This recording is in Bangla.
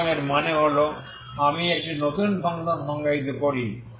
সুতরাং এর মানে হল আমি একটি নতুন ফাংশন সংজ্ঞায়িত করি